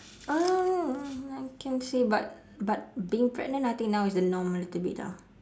oh I can say but but being pregnant I think now is a norm a little bit ah